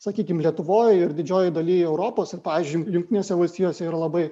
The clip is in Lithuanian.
sakykim lietuvoj ir didžioji daly europos ir pavyzdžiui jungtinėse valstijose yra labai